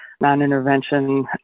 non-intervention